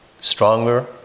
stronger